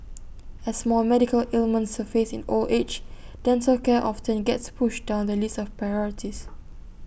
as more medical ailments surface in old age dental care often gets pushed down the list of priorities